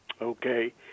Okay